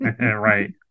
Right